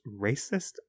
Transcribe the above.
racist